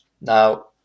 Now